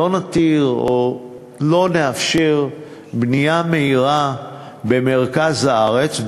שלא נתיר או לא נאפשר בנייה מהירה במרכז הארץ,